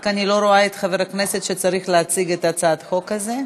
רק אני לא רואה את חבר הכנסת שצריך להציג את הצעת החוק הזאת.